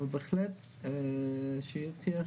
אבל בהחלט שהיא תהיה.